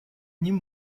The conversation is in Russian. ним